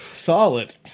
Solid